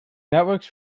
networks